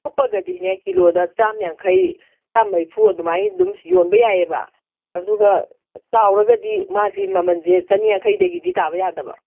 ꯑꯀꯨꯞꯄꯒꯗꯤꯅꯦ ꯀꯤꯂꯣꯗ ꯆꯥꯝꯌꯥꯡꯈꯩ ꯆꯥꯝꯃꯔꯤꯐꯨ ꯑꯗꯨꯃꯥꯏꯅ ꯑꯗꯨꯝ ꯌꯣꯟꯕ ꯌꯥꯏꯌꯦꯕ ꯑꯗꯨꯒ ꯆꯥꯎꯔꯒꯗꯤ ꯃꯥꯁꯦ ꯃꯃꯜꯁꯦ ꯆꯥꯅꯤꯌꯥꯡꯈꯩꯗꯒꯤꯗꯤ ꯇꯥꯕ ꯌꯥꯗꯕ